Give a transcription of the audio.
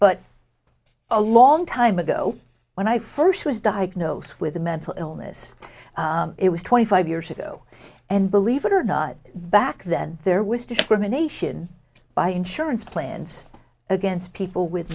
but a long time ago when i first was diagnosed with a mental illness it was twenty five years ago and believe it or not back then there was discrimination by insurance plans against people with